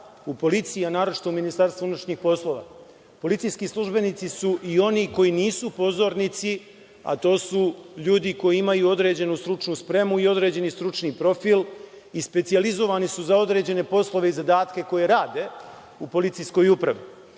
u policiji, a naročito u MUP. Policijski službenici su i oni koji nisu pozornici, a to su ljudi koji imaju određenu stručnu spremu i određeni stručni profil i specijalizovani su za određene poslove i zadatke koje rade u policijskoj upravi.Zašto